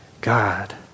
God